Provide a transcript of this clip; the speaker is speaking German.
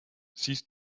siehst